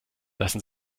lassen